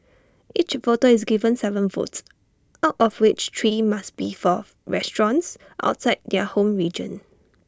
each voter is given Seven votes out of which three must be forth restaurants outside their home region